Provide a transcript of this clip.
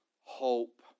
hope